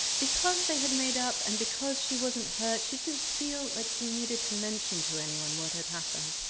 because they had made up and because she wasn't hurt, she didn't feel like she needed to mention to anyone what had happened.